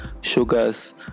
sugars